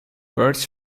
birds